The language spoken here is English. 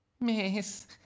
Miss